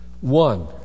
One